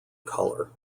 color